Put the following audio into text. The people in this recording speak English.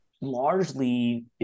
largely